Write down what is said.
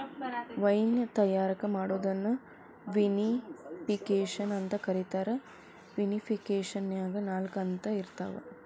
wine ತಯಾರ್ ಮಾಡೋದನ್ನ vinification ಅಂತ ಕರೇತಾರ, ವಿನಿಫಿಕೇಷನ್ನ್ಯಾಗ ನಾಲ್ಕ ಹಂತ ಇರ್ತಾವ